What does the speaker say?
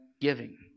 giving